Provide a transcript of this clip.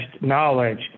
knowledge